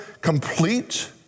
complete